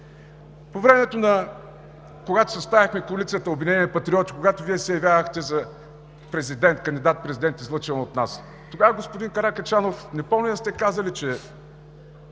По времето, когато съставяхме коалицията „Обединени патриоти“, когато Вие се явявахте за кандидат-президент, излъчен от нас, тогава, господин Каракачанов, не помня да сте казали: